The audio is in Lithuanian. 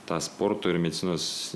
ta sporto ir medicinos